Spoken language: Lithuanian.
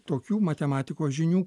tokių matematikos žinių